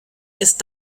ist